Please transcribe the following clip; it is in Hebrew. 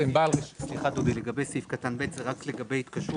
לגבי סעיף קטן (ב) זה רק לגבי התקשרות.